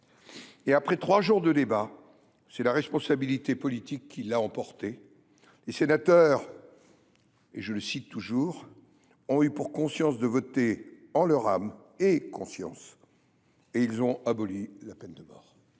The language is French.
Et après trois jours de débat, c’est la responsabilité politique qui l’a emporté. Les sénateurs « ont eu pour conscience de voter en leur âme et conscience et ils ont aboli la peine de mort